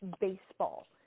baseball